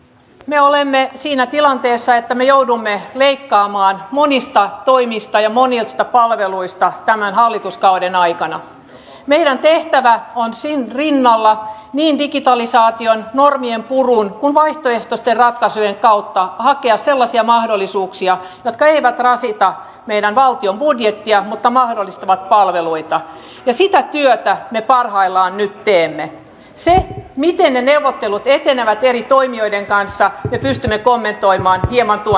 me olemme siinä tilanteessa ei me joudumme leikkaamaan monista toimista ja monien palveluista tämän hallituskauden aikana meri on tehtävä on sin rinnalla niin digitalisaation normien muuhun kuin vaihtoehtoisten ratkaisujen kautta hakea sellaisia mahdollisuuksia jotka eivät rasita meidän valtion budjettia mutta mahdollistavat palveluita ja sitä kyetään parhaillaan nyt teemme sen mitä ne neuvottelut etenevät eri toimijoiden kanssa me pystymme kommentoimaan hieman tuo